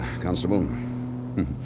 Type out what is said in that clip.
Constable